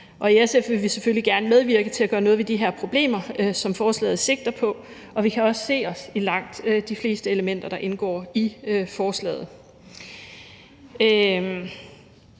I SF vil vi selvfølgelig gerne medvirke til at gøre noget ved de her problemer, som forslaget sigter mod, og vi kan også se os selv i langt de fleste elementer, der indgår i forslaget.